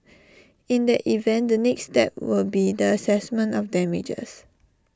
in that event the next step will be the Assessment of damages